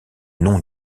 nom